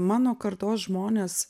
mano kartos žmonės